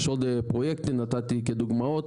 יש עוד פרויקטים, נתתי כדוגמאות,